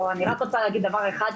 אני רק רוצה להגיד דבר אחד,